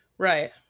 Right